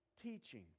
Teaching